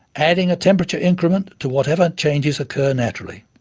adding a temperature increment to whatever changes occur naturally.